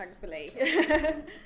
thankfully